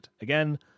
Again